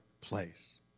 place